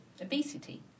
obesity